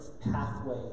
pathway